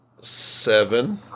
seven